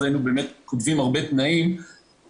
היינו מוסיפים הרבה תנאים לקבלת הכסף.